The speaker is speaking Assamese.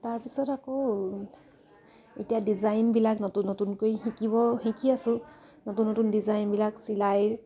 তাৰপিছত আকৌ এতিয়া ডিজাইনবিলাক নতুন নতুনকৈ শিকিব শিকি আছোঁ নতুন নতুন ডিজাইনবিলাক চিলাইৰ